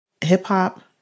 Hip-hop